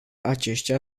aceștia